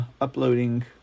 uploading